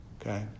Okay